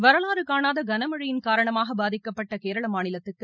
வரலாறு காணாத கனமழையின் காரணமாக பாதிக்கப்பட்ட கேரள மாநிலத்துக்கு